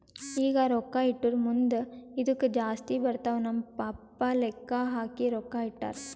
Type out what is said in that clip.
ಈಗ ರೊಕ್ಕಾ ಇಟ್ಟುರ್ ಮುಂದ್ ಇದ್ದುಕ್ ಜಾಸ್ತಿ ಬರ್ತಾವ್ ನಮ್ ಪಪ್ಪಾ ಲೆಕ್ಕಾ ಹಾಕಿ ರೊಕ್ಕಾ ಇಟ್ಟಾರ್